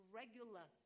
regular